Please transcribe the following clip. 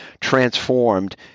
transformed